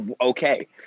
okay